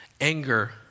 anger